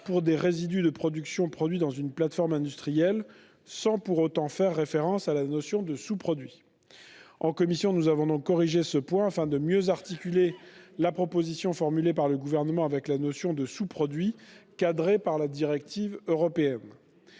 pour des résidus de production issus d'une plateforme industrielle, sans pour autant faire référence à la notion de sous-produit. La commission a donc corrigé ce point afin de mieux articuler la proposition formulée par le Gouvernement avec la notion de sous-produit cadrée par la directive européenne.